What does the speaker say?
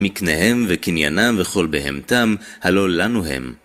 מקניהם, וקניינם, וכל בהמתם, הלא לנו הם.